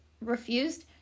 refused